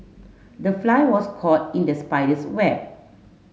the fly was caught in the spider's web